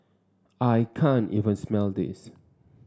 I can't even smell this